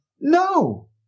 no